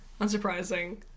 unsurprising